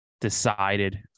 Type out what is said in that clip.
decided